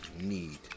need